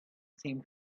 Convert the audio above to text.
same